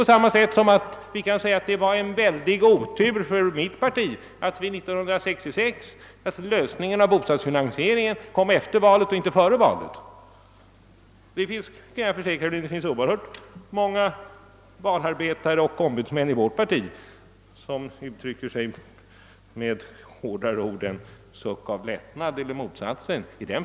På samma sätt kan det sägas att det var en väldig otur för mitt parti att år 1966 lösningen av frågan om bostadsfinansieringen kom efter och inte före valet. Jag kan försäkra att oerhört många valarbetare och ombudsmän i vårt parti reagerade på ett betydligt kraftigare sätt än med motsatsen till en suck av lättnad när det gäller den saken.